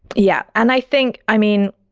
yeah. and i think, i mean,